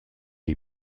les